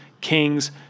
Kings